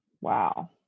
Wow